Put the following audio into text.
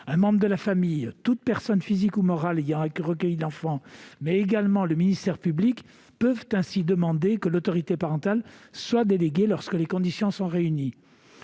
Un membre de la famille, toute personne physique ou morale ayant recueilli l'enfant, ainsi que le ministère public peuvent demander que l'autorité parentale soit déléguée lorsque les conditions sont réunies.